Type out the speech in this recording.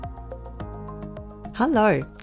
Hello